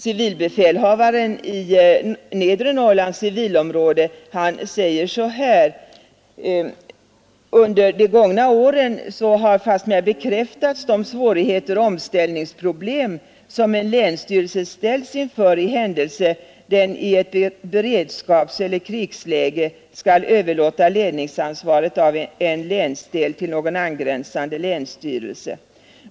Civilbefälhavaren i Nedre Norrlands civilområde äger: ”Fastmera har de gångna åren bek ningsproblem som en länsstyrelse tat de svårigheter och omställills inför i händelse den i ett beredskapseller krigsläge skall överlåta ledningsansvaret av en länsdel till någon angrä sstyrelse.